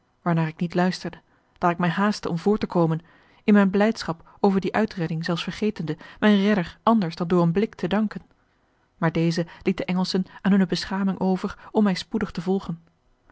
waarnaar ik niet luisterde daar ik mij haastte om voort te komen in mijne blijdschap over die uitredding zelfs vergetende mijn redder anders dan door een blik te danken maar deze liet de engelschen aan hunne beschaming over om mij spoedig te volgen